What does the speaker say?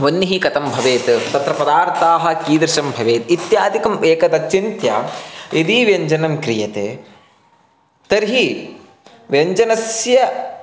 वह्निः कथं भवेत् तत्र पदार्थाः कीदृशाः भवेयुः इत्यादिकम् एकदा चिन्त्य यदि व्यञ्जनं क्रियते तर्हि व्यञ्जनस्य